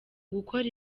gukora